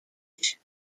coach